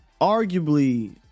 Arguably